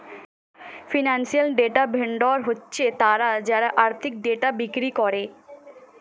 financial data vendor হচ্ছে তারা যারা আর্থিক ডেটা বিক্রি করে